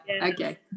okay